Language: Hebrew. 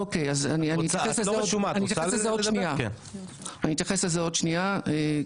אוקי אני אתייחס לזה עוד שנייה,